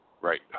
Right